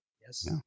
yes